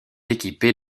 équipée